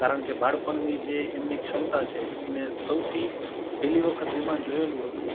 કારણ કે બાળપણની જે એમની ક્ષમતા છે એને સૌથી પહેલી વખત વિમાન જોયેલું હતું